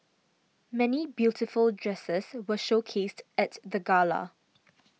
many beautiful dresses were showcased at the gala